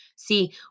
See